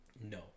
no